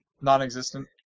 Non-existent